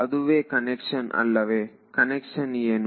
ಅದುವೇ ಕನ್ವೆನ್ಷನ್ ಅಲ್ಲವೇ ಕನ್ವೆನ್ಷನ್ ಏನು